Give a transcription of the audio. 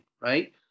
right